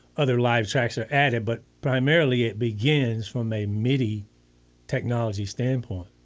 other live tracks are added but primarily it begins from a midi technology standpoint.